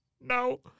No